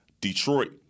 Detroit